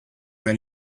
than